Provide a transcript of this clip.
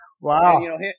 Wow